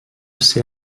ser